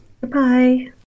Goodbye